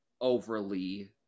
overly